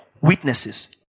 witnesses